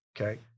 okay